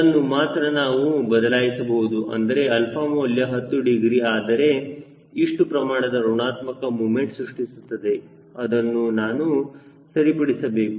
ಅದನ್ನು ಮಾತ್ರ ನಾವು ಬದಲಾಯಿಸಬಹುದು ಅಂದರೆ 𝛼 ಮೌಲ್ಯ 10 ಡಿಗ್ರಿ ಆದರೆ ಇಷ್ಟು ಪ್ರಮಾಣದ ಋಣಾತ್ಮಕ ಮೊಮೆಂಟ್ ಸೃಷ್ಟಿಸುತ್ತದೆ ಅದನ್ನು ನಾನು ಸರಿಪಡಿಸಬೇಕು